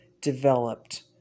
developed